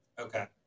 okay